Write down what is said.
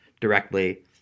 directly